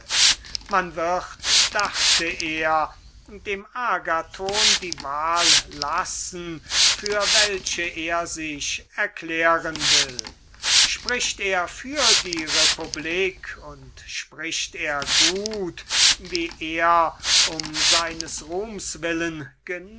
man wird dachte er dem agathon die wahl lassen für welche er sich erklären will spricht er für die republik und spricht er gut wie er um seines ruhms willen